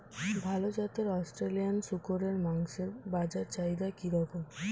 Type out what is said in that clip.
ভাল জাতের অস্ট্রেলিয়ান শূকরের মাংসের বাজার চাহিদা কি রকম?